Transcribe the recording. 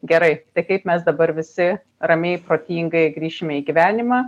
gerai tai kaip mes dabar visi ramiai protingai grįšime į gyvenimą